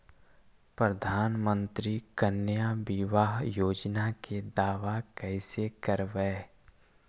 प्रधानमंत्री कन्या बिबाह योजना के दाबा कैसे करबै?